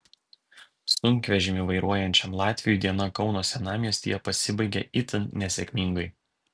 sunkvežimį vairuojančiam latviui diena kauno senamiestyje pasibaigė itin nesėkmingai